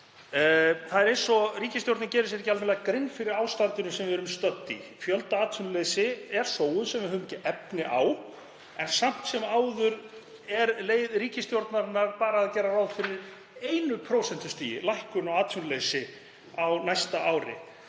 Það er eins og ríkisstjórnin geri sér ekki almennilega grein fyrir ástandinu sem við erum stödd í. Fjöldaatvinnuleysi er sóun sem við höfum ekki efni á, en samt sem áður er leið ríkisstjórnarinnar að gera ráð fyrir einu prósentustigi í lækkun á atvinnuleysi á næsta ári.